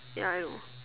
ya I know